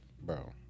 Bro